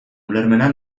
ulermena